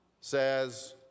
says